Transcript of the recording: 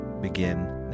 Begin